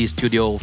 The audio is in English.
Studio